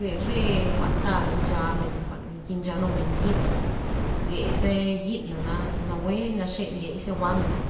Le re jwa'n ta nchamen jwa'n nchanumen yi'na, le ze yi'na nawue naxe ndiey ze jwa'mena,